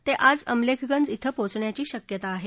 ते आज अमलेखगंज इथं पोचण्याची शक्यता आहे